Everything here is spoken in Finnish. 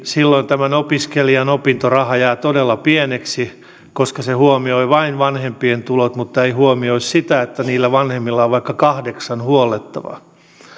silloin tämän opiskelijan opintoraha jää todella pieneksi koska se huomioi vain vanhempien tulot mutta ei huomioi sitä että niillä vanhemmilla on vaikka kahdeksan huollettavaa